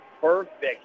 perfect